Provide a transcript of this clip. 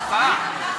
הצבעה?